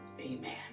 Amen